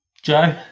Joe